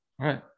Right